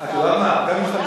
את יודעת מה,